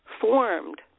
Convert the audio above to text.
formed